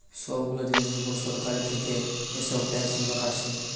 সব গুলা জিনিসের উপর সরকার থিকে এসব ট্যাক্স গুলা কাটছে